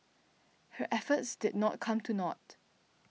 her efforts did not come to naught